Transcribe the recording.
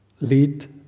Lead